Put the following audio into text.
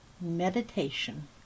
Meditation